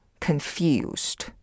confused